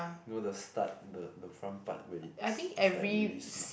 you know the start the the front part where it's it's like really small